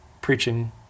preaching